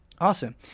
Awesome